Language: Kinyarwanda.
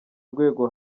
rwego